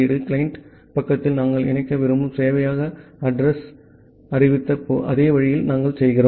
client பக்கத்தில் நாங்கள் இணைக்க விரும்பும் சேவையக அட்ரஸ் யை அட்ரஸ் யாக அறிவித்த அதே வழியில் நாங்கள் செய்கிறோம்